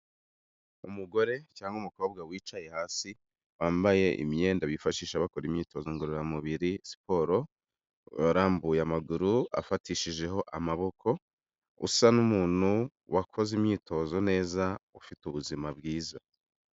Umugore cyangwa umukobwa wicaye hasi, wambaye imyenda bifashisha bakora imyitozo ngororamubiri (siporo) urambuye amaguru afatishijeho amaboko, usa n'umuntu wakoze imyitozo neza ufite ubuzima bwiza.